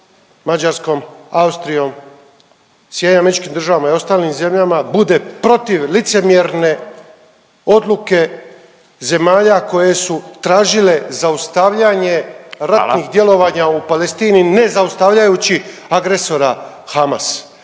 Mađarskom, Austrijom, SAD-ma i ostalim zemljama bude protiv licemjerne odluke zemalja koje su tražile zaustavljanje …/Upadica Radin: Hvala./… ratnih djelovanja u Palestini ne zaustavljajući agresora Hamas.